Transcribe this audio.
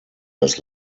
das